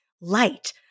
light